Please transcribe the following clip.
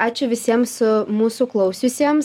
ačiū visiems mūsų klausiusiems